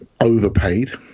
overpaid